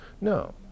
No